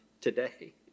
today